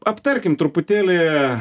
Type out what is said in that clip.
aptarkim truputėlį